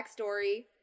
backstory